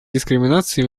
дискриминации